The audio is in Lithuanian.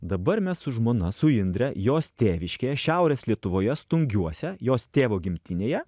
dabar mes su žmona su indre jos tėviškėje šiaurės lietuvoje stungiuose jos tėvo gimtinėje